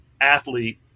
athlete